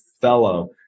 fellow